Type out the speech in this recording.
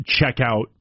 checkout